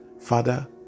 Father